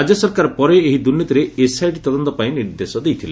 ରାଜ୍ୟ ସରକାର ପରେ ଏହି ଦୁର୍ନୀତିରେ ଏସ୍ଆଇଟି ତଦନ୍ତ ପାଇଁ ନିର୍ଦ୍ଦେଶ ଦେଇଥିଲେ